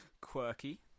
quirky